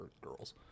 girls